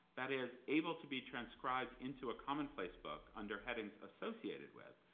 that is able to be transcribed into a commonplace book under headings associated with,